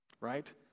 right